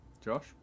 Josh